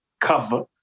cover